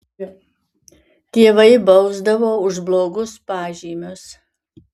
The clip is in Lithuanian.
tėvai bausdavo už blogus pažymius